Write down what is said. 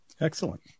Excellent